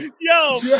Yo